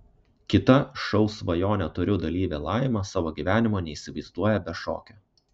kita šou svajonę turiu dalyvė laima savo gyvenimo neįsivaizduoja be šokio